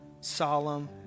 solemn